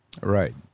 Right